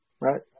Right